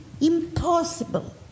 impossible